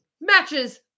matches